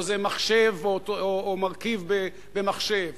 פה זה מחשב או מרכיב במחשב,